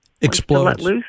explodes